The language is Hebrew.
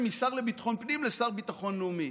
מהשר לביטחון הפנים לשר לביטחון הלאומי.